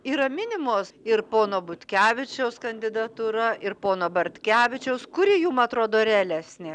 yra minimos ir pono butkevičiaus kandidatūra ir pono bartkevičiaus kuri jums atrodo realesnė